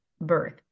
birth